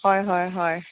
হয় হয় হয়